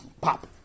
pop